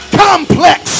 complex